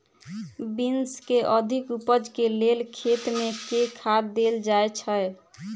Beans केँ अधिक उपज केँ लेल खेत मे केँ खाद देल जाए छैय?